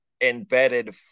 embedded